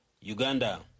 Uganda